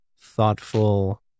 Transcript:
thoughtful